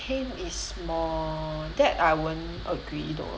pain is more that I won't agree though